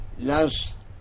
last